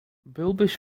byłbyś